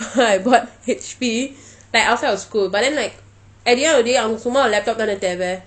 so I bought H_P like outside of school but then like at the end of the day அங்கே சும்மா:ankei summa laptop தானே தேவை:thanei thevai